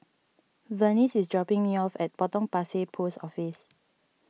Vernice is dropping me off at Potong Pasir Post Office